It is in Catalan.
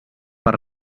per